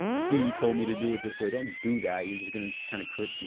d told me to do it this way, don't do that. you're just gonna kind of creep, you